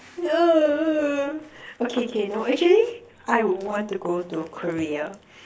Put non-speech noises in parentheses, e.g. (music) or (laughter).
(noise) okay K no actually I would want to go to Korea